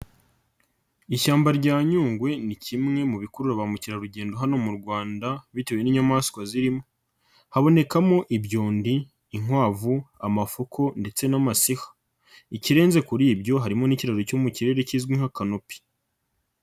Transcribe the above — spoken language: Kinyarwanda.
Ishyamba rya yungwe ni kimwe mu bikurura ba mukerarugendo hano mu Rwanda bitewe n'inyamaswa zirimo habonekamo ibyondi, inkwavu, amafuko, ndetse n'amasiha ikirenze kuri ibyo harimo n'ikiraro cyo mu kirere kizwi nkakanopi.